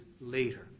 later